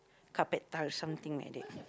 carpet tiles something like that